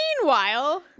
Meanwhile